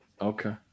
Okay